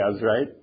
right